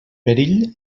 perill